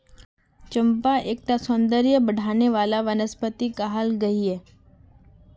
चंपा एक टा सौंदर्य बढाने वाला वनस्पति कहाल गहिये